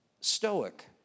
Stoic